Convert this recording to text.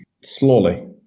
Slowly